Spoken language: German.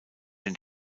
den